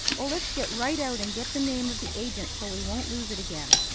let's get right out and get the name of the agent, so we won't lose it again.